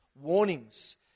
warnings